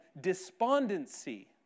despondency